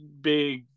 big